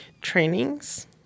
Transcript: trainings